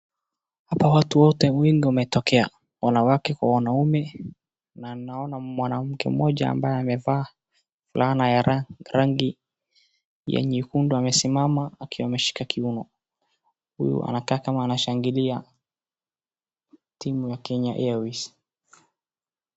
Hapa watu wote wengi wametokea, wanawake kwa wanaume na naona mwanamke mmoja ambaye amevaa fulana ya rangi ya nyekundu amesimama akiwa ameshika kiuno, huyu anakaa kama anashangilia timu ya Kenya Airways.